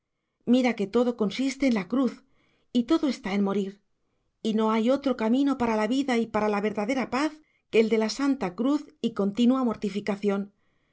mira que todo consiste en la cruz y todo está en morir y no hay otro camino para la vida y para la verdadera paz que el de la santa cruz y continua mortificación